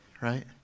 Right